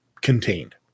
contained